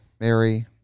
Mary